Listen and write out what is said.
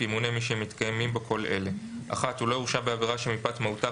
ימונה מי שמתקיימים בו כל אלה: (1)הוא לא הורשע בעבירה שמפאת מהותה,